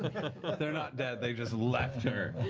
they're not dead, they just left her.